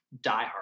diehard